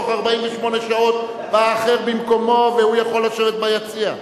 בתוך 48 שעות בא אחר במקומו והוא יכול לשבת ביציע.